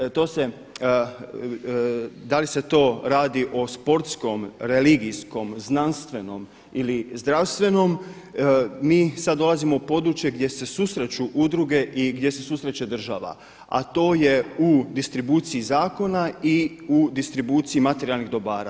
Dakle, to se, da li se to radi o sportskom, religijskom, znanstvenom ili zdravstvenom mi sad dolazimo u područje gdje su susreću udruge i gdje se susreće država a to je u distribuciji zakona i u distribuciji materijalnih dobara.